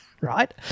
right